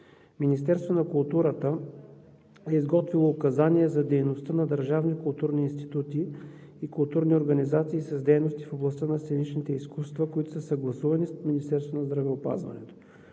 Министерството на културата е изготвило указания за дейността на държавни културни институти и културни организации с дейности в областта на сценичните изкуства, които са съгласувани с Министерството на здравеопазването.